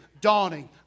dawning